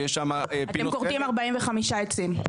ויש שם --- אתם כורתים 45 עצים.